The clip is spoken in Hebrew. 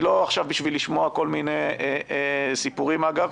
היא לא בשביל לשמוע כל מיני סיפורים, אגב.